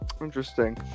Interesting